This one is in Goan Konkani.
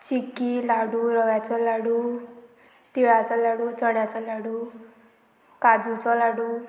चिकी लाडू रव्याचो लाडू तिळाचो लाडू चण्याचो लाडू काजूचो लाडू